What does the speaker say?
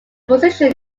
position